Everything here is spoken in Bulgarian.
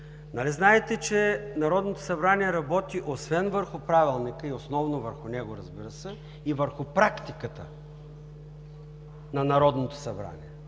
Нали знаете, че Народното събрание работи освен върху Правилника, и основно върху него, разбира се, и върху практиката на Народното събрание.